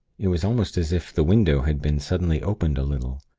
it was almost as if the window had been suddenly opened a little.